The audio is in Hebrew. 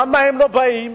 למה הם לא באים?